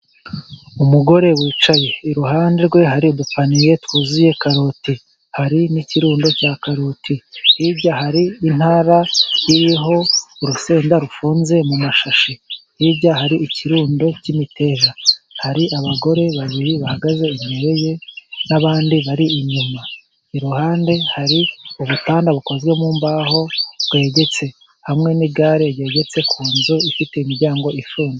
Umugore wicaye iruhande rwe hari udupaniye twuzuye karoti, hari n'ikirundo cya karoti, hirya hari intara iriho urusenda rufunze mu mashashi, hirya hari ikirundo cy'imiteja, hari abagore babiri bahagaze imbere ye, n'abandi bari inyuma, iruhande hari ubutanda bukozwe mu mbaho bwegetse, hamwe n'igare ryegetse ku nzu ifite imiryango ifunze.